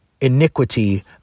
iniquity